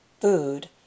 food